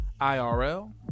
IRL